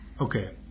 Okay